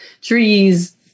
trees